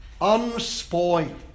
unspoiled